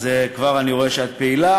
אז כבר אני רואה שאת פעילה,